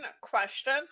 question